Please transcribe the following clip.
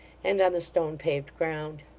and on the stone-paved ground.